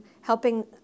helping